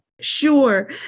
Sure